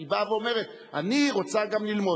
היא באה ואומרת: גם אני רוצה ללמוד,